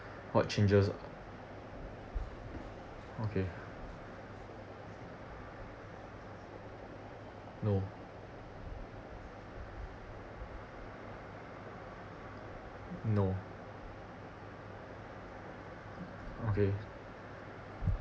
what changes okay no no okay